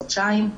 חודשיים,